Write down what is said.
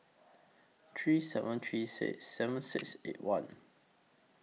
three seven three six seven six eight one